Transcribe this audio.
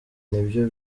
nibyo